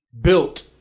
built